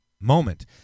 moment